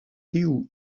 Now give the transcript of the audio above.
tiu